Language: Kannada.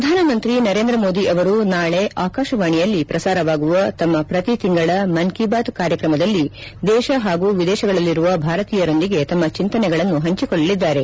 ಪ್ರಧಾನಮಂತ್ರಿ ನರೇಂದ್ರ ಮೋದಿ ಅವರು ನಾಳೆ ಆಕಾಶವಾಣಿಯಲ್ಲಿ ಪ್ರಸಾರವಾಗುವ ತಮ್ಮ ಪ್ರತಿ ತಿಂಗಳ ಮನ್ ಕೀ ಬಾತ್ ಕಾರ್ಯತ್ರಮದಲ್ಲಿ ದೇಶ ಹಾಗೂ ವಿದೇಶಗಳಲ್ಲಿರುವ ಭಾರತೀಯರೊಂದಿಗೆ ತಮ್ಮ ಚಿಂತನೆಗಳನ್ನು ಪಂಚಿಕೊಳ್ಳಲಿದ್ದಾರೆ